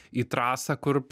į trasą kur